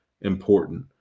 important